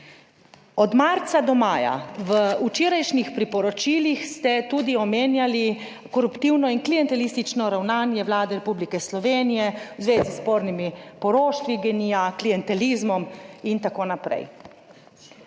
Od marca do maja, v včerajšnjih priporočilih ste tudi omenjali koruptivno in klientelistično ravnanje Vlade Republike Slovenije v zvezi s spornimi poroštvi Gen-I, klientelizmom in tako naprej.